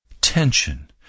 tension